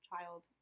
child